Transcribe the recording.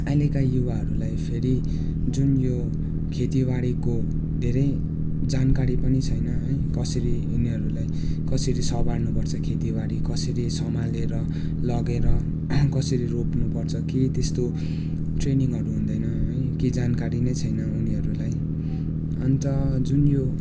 अहिलेका युवाहरूलाई फेरि जुन यो खेतीबारीको धेरै जानकारी पनि छैन है कसरी यिनीहरूलाई कसरी स्याहार्नुपर्छ खेतीबारी कसरी सम्हालेर लगेर कसरी रोप्नुपर्छ केही त्यस्तो ट्रेनिङहरू हुँदैन है केही जानकारी नै छैन उनीहरूलाई अन्त जुन यो